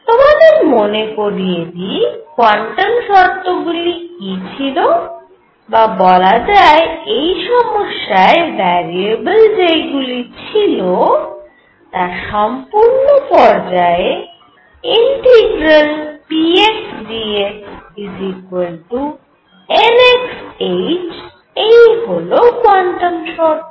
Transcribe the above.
তোমাদের মনে করিয়ে দিই কোয়ান্টাম শর্তগুলি কি ছিল বা বলা যায় এই সমস্যায় ভ্যারিয়েবল যেইগুলি ছিল তা হল সম্পূর্ণ পর্যায়ে pxdx nx h এই হল কোয়ান্টাম শর্ত